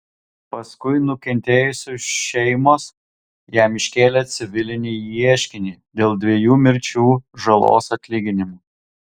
paskui nukentėjusiųjų šeimos jam iškėlė civilinį ieškinį dėl dviejų mirčių žalos atlyginimo